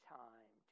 time